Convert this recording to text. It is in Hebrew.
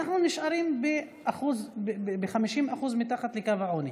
אנחנו נשארים ב-50% מתחת לקו העוני.